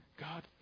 God